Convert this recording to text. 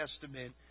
Testament